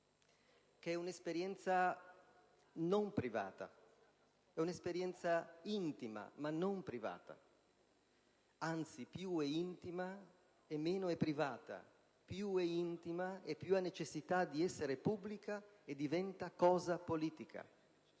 che è un'esperienza non privata, un'esperienza intima ma non privata, anzi, più è intima e meno è privata, più è intima e più ha necessità di essere pubblica e diventa cosa politica.